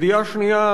ידיעה שנייה,